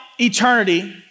eternity